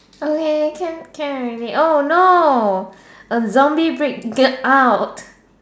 okay can can already oh no a zombie breakout